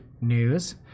news